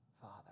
Father